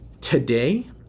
Today